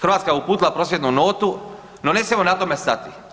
Hrvatska je uputila prosvjednu notu no ne smijemo na tome stati.